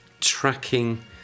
tracking